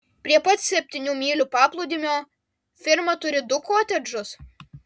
prie pat septynių mylių paplūdimio firma turi du kotedžus